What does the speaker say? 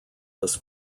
this